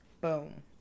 Boom